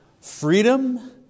freedom